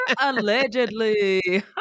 allegedly